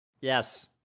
Yes